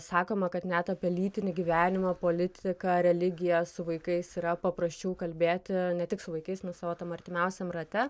sakoma kad net apie lytinį gyvenimą politiką religiją su vaikais yra paprasčiau kalbėti ne tik su vaikais nu savo tam artimiausiam rate